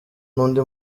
n’undi